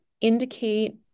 indicate